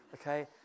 Okay